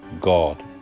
God